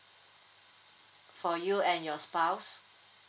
for you and your spouse